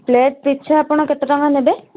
plate ପିଛା ଆପଣ କେତେ ଟଙ୍କା ନେବେ